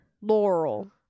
Laurel